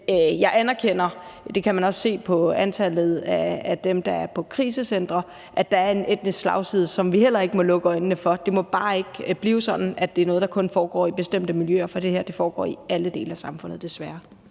krisecentre, at der er en etnisk slagside, som vi heller ikke må lukke øjnene for. Det må bare ikke blive sådan, at det er noget, vi tror kun foregår i bestemte miljøer, for det her foregår i alle dele af samfundet,